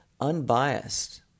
unbiased